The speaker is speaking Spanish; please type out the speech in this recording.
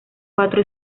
cuatro